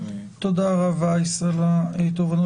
תודה, הרב וייס על התובנות.